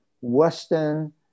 Western